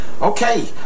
Okay